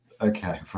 okay